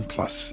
Plus